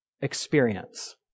experience